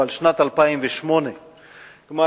הוא על שנת 2008. כלומר,